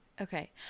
okay